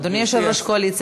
אדוני יושב-ראש הקואליציה,